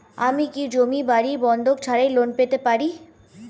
আমি কি জমি বাড়ি বন্ধক ছাড়াই লোন পেতে পারি?